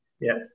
Yes